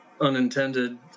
unintended